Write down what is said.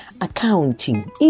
accounting